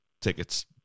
tickets